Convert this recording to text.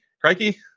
Crikey